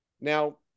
Now